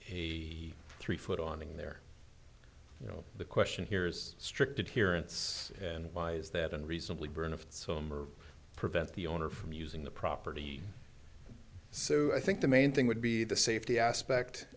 a three foot on in there you know the question here is strict adherence and why is that unreasonably burn of them or prevent the owner from using the property so i think the main thing would be the safety aspect